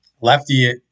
Lefty